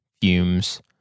fumes